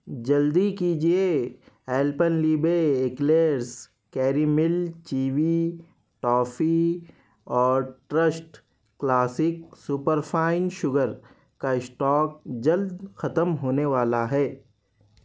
جلدی کیجیے Alpenliebe eclairs caramel chewy toffee اور ٹرسٹ کلاسک سوپرفائن شوگر کا اسٹاک جلد ختم ہونے والا ہے